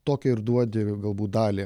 tokią ir duodi galbūt dalį